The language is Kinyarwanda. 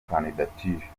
kandidatire